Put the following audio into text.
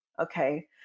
Okay